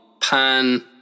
Pan